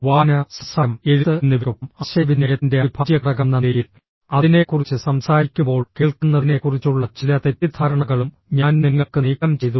വായന സംസാരം എഴുത്ത് എന്നിവയ്ക്കൊപ്പം ആശയവിനിമയത്തിന്റെ അവിഭാജ്യഘടകമെന്ന നിലയിൽ അതിനെക്കുറിച്ച് സംസാരിക്കുമ്പോൾ കേൾക്കുന്നതിനെക്കുറിച്ചുള്ള ചില തെറ്റിദ്ധാരണകളും ഞാൻ നിങ്ങൾക്ക് നീക്കംചെയ്തു